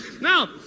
Now